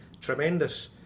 tremendous